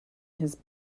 his